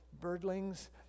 birdlings